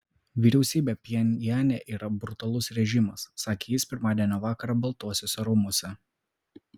vyriausybė pchenjane yra brutalus režimas sakė jis pirmadienio vakarą baltuosiuose rūmuose